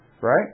right